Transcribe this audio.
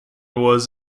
was